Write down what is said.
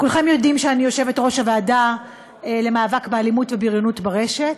כולכם יודעים שאני יושבת-ראש הוועדה למאבק באלימות ובריונות ברשת,